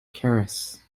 keras